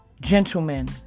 gentlemen